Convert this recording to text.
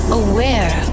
aware